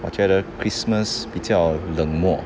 我觉得 christmas 比较冷漠